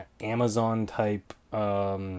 Amazon-type